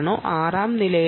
ആറാം നിലയിലാണോ